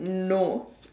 no